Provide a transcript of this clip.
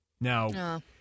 Now